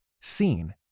seen